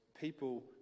people